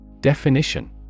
Definition